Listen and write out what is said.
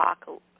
talk